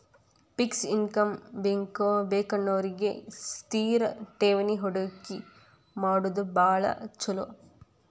fix income ಬೇಕನ್ನೋರಿಗಿ ಸ್ಥಿರ ಠೇವಣಿ ಹೂಡಕಿ ಮಾಡೋದ್ ಭಾಳ್ ಚೊಲೋ